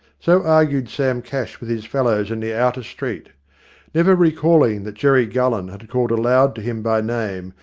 so argued sam cash with his fellows in the outer street never recalling that jerry gullen had called aloud to him by name,